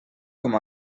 com